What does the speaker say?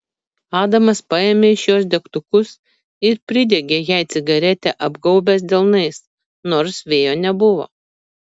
adamas paėmė iš jos degtukus ir pridegė jai cigaretę apgaubęs delnais nors vėjo nebuvo